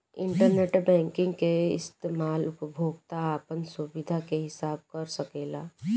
internet banking के इस्तमाल उपभोक्ता आपन सुबिधा के हिसाब कर सकेला